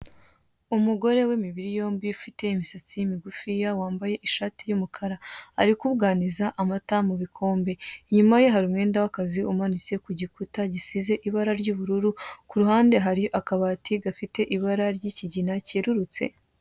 Umugore w' imibiri yombi ufite imisatsi migufiya, wambaye ishati y' umukara, ari kubuganiza amata mu bikombe, inyuma ye hari umwenda w' akazi umanitse ku gikuta gisize ibara ry'ubururu. Ku ruhande hari akabati gafite ibara ry' ikigina kererutse.